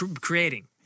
creating